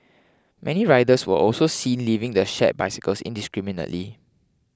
many riders were also seen leaving the shared bicycles indiscriminately